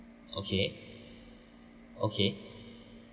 okay okay